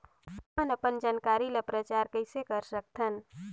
हमन अपन जानकारी ल प्रचार कइसे कर सकथन?